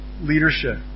leadership